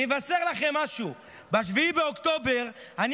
אני אבשר לכם משהו: ב-7 באוקטובר אני